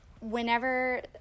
Whenever